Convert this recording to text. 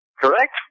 correct